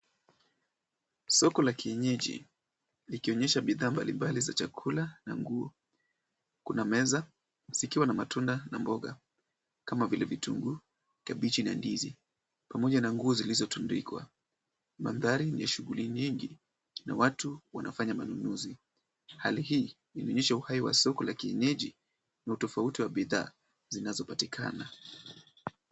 Soko la kienyeji, likionyesha bidhaa mbalimbali za chakula na nguo. Kuna meza msikiwa na matunda na mboga. Kama vile vitunguu, kabichi, na ndizi. Pamoja na nguzo zilizotundikwa. Mandhari ni ya shughuli nyingi na watu wanafanya manunuzi. Hali hii inaonyesha uhai wa soko la kienyeji na utofauti wa bidhaa zinazopatikana.